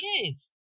kids